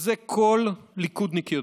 ואת זה כל ליכודניק יודע,